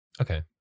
okay